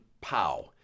Pow